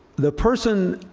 the person,